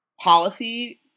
policy